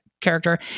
character